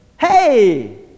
Hey